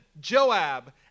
Joab